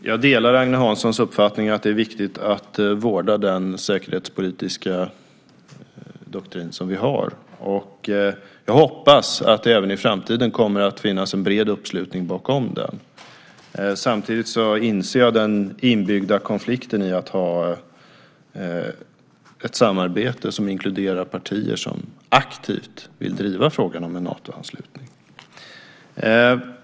Fru talman! Jag delar Agne Hanssons uppfattning att det är viktigt att vårda den säkerhetspolitiska doktrin som vi har. Jag hoppas att det även i framtiden kommer att finnas en bred uppslutning bakom den. Samtidigt inser jag den inbyggda konflikten i att ha ett samarbete som inkluderar partier som aktivt vill driva frågan om en Natoanslutning.